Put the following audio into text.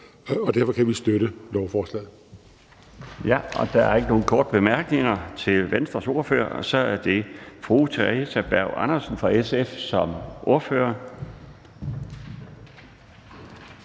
fg. formand (Bjarne Laustsen): Der er ikke nogen korte bemærkninger til Venstres ordfører. Og så er det fru Theresa Berg Andersen fra SF som ordfører.